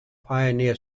pioneer